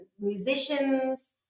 musicians